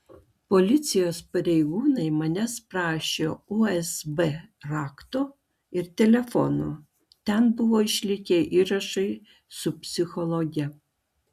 policijos pareigūnai manęs prašė usb rakto ir telefono ten buvo išlikę įrašai su psichologe